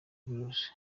virus